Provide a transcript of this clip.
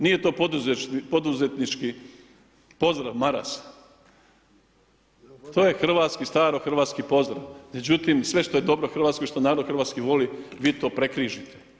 Nije to poduzetnički pozdrav Maras, to je hrvatski starohrvatski pozdrav, međutim sve što je dobro Hrvatskoj što narod hrvatski voli vi to prekrižite.